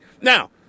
Now